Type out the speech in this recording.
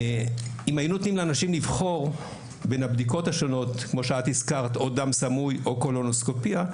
אם היו נותנים לאנשים לבחור בין דם סמוי או קולונוסקופיה,